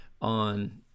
on